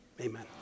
Amen